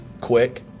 quick